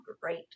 great